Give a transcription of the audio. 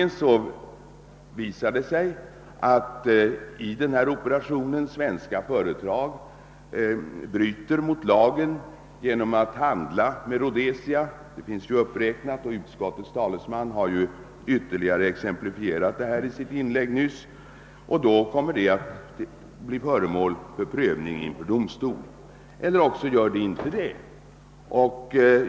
Om det visar sig att i denna operation svenska företag bryter mot lagen genom att handla med Rhodesia — det finns redovisat och utskottets talesmän har ytterligare exemplifierat det i sitt inlägg nyss — kommer detta att bli föremål för prövning inför domstol.